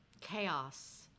Chaos